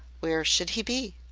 where should he be?